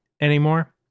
anymore